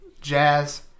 Jazz